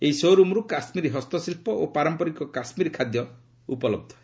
ଏହି ଶୋ'ରୁମ୍ରୁ କାଶ୍ମୀର ହସ୍ତଶିଳ୍ପ ଓ ପାରମ୍ପରିକ କାଶ୍ମୀର ଖାଦ୍ୟ ଉପଲବ୍ଧ ହେବ